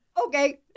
Okay